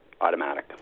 Automatic